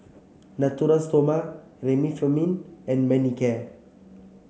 Natura Stoma Remifemin and Manicare